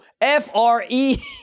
F-R-E